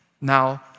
now